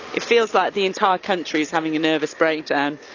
it feels like the entire country is having a nervous breakdown.